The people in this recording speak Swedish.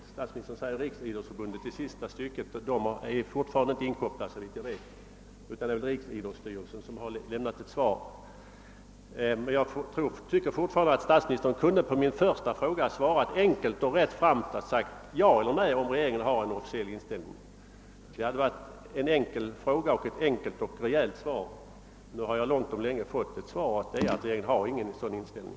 I sista stycket av sitt svar nämner statsministern Riksidrottsförbundet, men det är fortfarande inte såvitt jag vet inkopplat på denna fråga, utan det är riksidrottsstyrelsen som har avgivit ett yttrande härvidlag. Jag tycker fortfarande att statsministern på min första fråga, om regeringen har en officiell inställning i detta sammanhang, enkelt och rättframt kunde ha svarat ja eller nej. Det hade varit ett enkelt och rejält svar på en enkel fråga. Nu har jag sent omsider fått ett besked, nämligen att regeringen inte har någon sådan inställning.